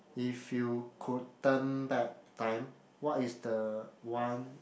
if you could turn back time what is the one